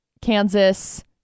Kansas